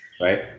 Right